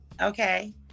Okay